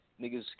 niggas